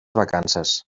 vacances